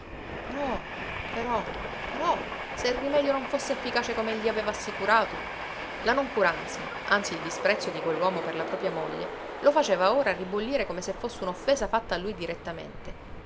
però però però se il rimedio non fosse efficace come gli aveva assicurato la noncuranza anzi il disprezzo di quell'uomo per la propria moglie lo faceva ora ribollire come se fosse un'offesa fatta a lui direttamente